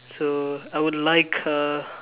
so I would like uh